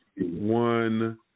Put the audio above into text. one